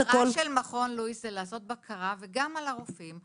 המטרה של מכון לואיס זה לעשות בקרה גם על הרופאים.